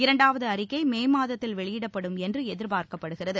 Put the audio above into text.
இரண்டாவது அறிக்கை மே மாதத்தில் வெளியிடப்படும் என்று எதிர்பார்க்கப்படுகிறது